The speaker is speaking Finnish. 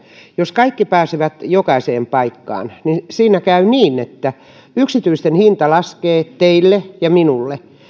jos kaikki pääsevät jokaiseen paikkaan niin siinä käy niin että yksityisten hinta laskee teille ja minulle